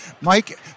Mike